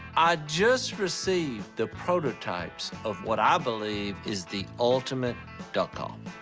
i just received the prototypes of what i believe is the ultimate duck call.